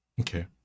Okay